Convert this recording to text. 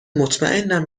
مطمئنم